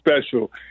special